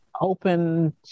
open